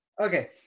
Okay